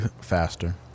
faster